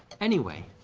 anyway.